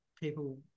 people